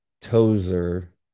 Tozer